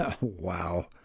Wow